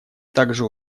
также